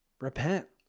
Repent